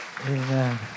Amen